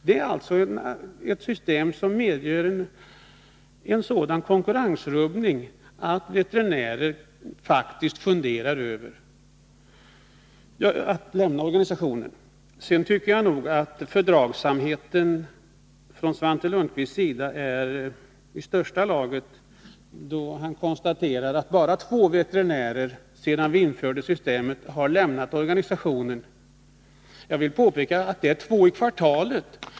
Det är ett system som medger en sådan konkurrensrubbning som gör att veterinärer faktiskt funderar över att lämna organisationen. Vidare tycker jag att fördragsamheten från Svante Lundkvists sida är i största laget när han konstaterar att bara två veterinärer har lämnat organisationen sedan vi införde systemet. Jag vill påpeka att det blir två i kvartalet.